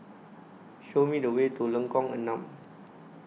Show Me The Way to Lengkong Enam